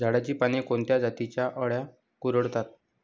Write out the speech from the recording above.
झाडाची पाने कोणत्या जातीच्या अळ्या कुरडतात?